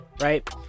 right